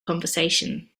conversation